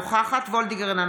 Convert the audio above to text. אינו נוכח יואב גלנט,